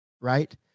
right